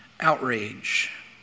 outrage